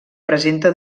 presenta